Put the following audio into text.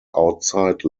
outside